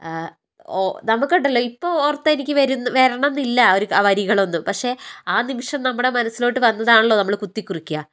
ഓ നമ്മക്കൊണ്ടല്ലോ ഇപ്പം ഓര്ത്താല് എനിക്ക് വരുന്ന് വരണമെന്നില്ല ആ വരികള് ഒന്നും പക്ഷേ നിമിഷം നമ്മുടെ മനസിലോട്ട് വന്നതാണല്ലോ നമ്മള് കുത്തികുറിയ്ക്കുക